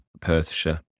Perthshire